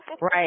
right